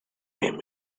him